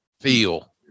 feel